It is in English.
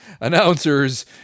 announcers